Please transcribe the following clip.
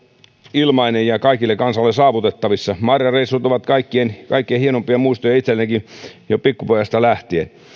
ilmainen ja kaikille kansalaisille saavutettavissa marjareissut ovat kaikkein hienoimpia muistoja itsellenikin jo pikkupojasta lähtien